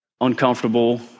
uncomfortable